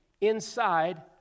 inside